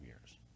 years